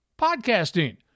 podcasting